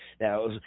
Now